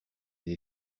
des